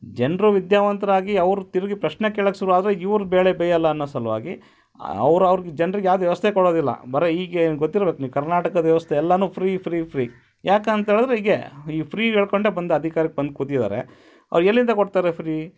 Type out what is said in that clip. ಜನರು ವಿದ್ಯಾವಂತರಾಗಿ ಅವ್ರು ತಿರುಗಿ ಪ್ರಶ್ನೆ ಕೇಳಕ್ಕೆ ಶುರುವಾದ್ರೆ ಇವ್ರ ಬೇಳೆ ಬೇಯಲ್ಲ ಅನ್ನೋ ಸಲುವಾಗಿ ಅವರವ್ರ ಜನ್ರಿಗೆ ಯಾವ್ದೂ ವ್ಯವಸ್ಥೆ ಕೊಡೋದಿಲ್ಲ ಬರೀ ಹೀಗೆ ಗೊತ್ತಿರ್ಬೇಕು ನೀವು ಕರ್ನಾಟಕದ ವ್ಯವಸ್ಥೆ ಎಲ್ಲನೂ ಫ್ರೀ ಫ್ರೀ ಫ್ರೀ ಯಾಕಂತ ಹೇಳ್ದ್ರೆ ಹೀಗೆ ಈ ಫ್ರೀ ಹೇಳ್ಕೊಂಡೆ ಬಂದು ಅಧಿಕಾರಕ್ಕೆ ಬಂದು ಕೂತಿದ್ದಾರೆ ಅವ್ರು ಎಲ್ಲಿಂದ ಕೊಡ್ತಾರೆ ಫ್ರೀ